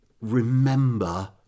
Remember